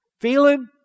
feeling